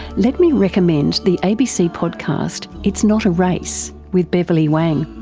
let me recommend the abc podcast it's not a race with beverly wang.